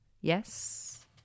Yes